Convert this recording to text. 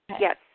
Yes